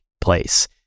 place